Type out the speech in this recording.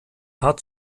haar